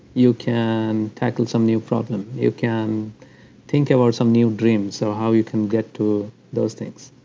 you can tackle some new problem. you can think about some new dreams. so how you can get to those things